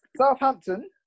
Southampton